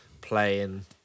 playing